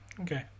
Okay